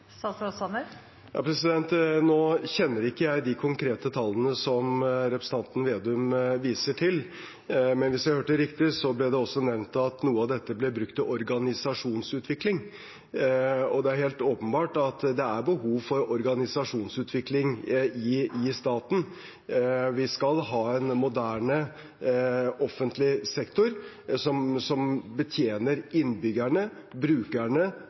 kjenner ikke de konkrete tallene som representanten Slagsvold Vedum viser til, men hvis jeg hørte riktig, ble det også nevnt at noe av dette ble brukt til organisasjonsutvikling. Det er helt åpenbart at det er behov for organisasjonsutvikling i staten. Vi skal ha en moderne offentlig sektor som betjener innbyggerne, brukerne